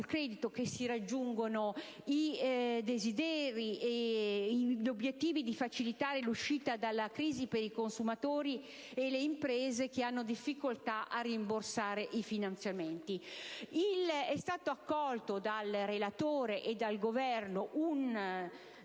credito, si possono raggiungere i desiderati obiettivi di facilitare l'uscita dalla crisi per i consumatori e le imprese che hanno difficoltà a rimborsare i finanziamenti. È stato accolto dal relatore e dal